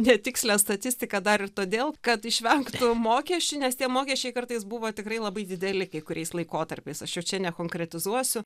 netikslią statistiką dar ir todėl kad išvengtų mokesčių nes tie mokesčiai kartais buvo tikrai labai dideli kai kuriais laikotarpiais aš jau čia nekonkretizuosiu